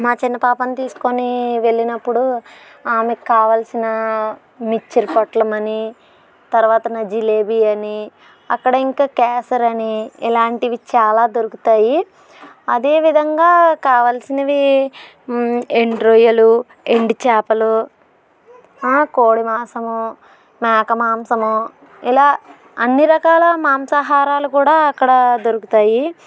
మా చిన్న పాపను తీసుకొని వెళ్ళినప్పుడు ఆమెకి కావాల్సిన మిక్చర్ పొట్లం అని తర్వాత జిలేబి అని అక్కడ ఇంకా కేసరి అని ఇలాంటివి చాలా దొరుకుతాయి అదేవిధంగా కావలసినవి ఎండు రొయ్యలు ఎండు చేపలు కోడి మాంసము మేక మాంసము ఇలా అన్ని రకాల మాంసాహారాలు కూడా అక్కడ దొరుకుతాయి